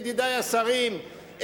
ידידי השרים,